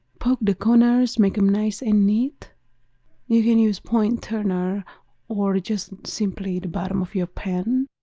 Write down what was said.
poke the corners make them nice and neat you can use point turner or just simply the bottom of your pen